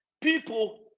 people